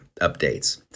updates